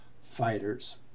fighters